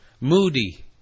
Moody